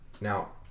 now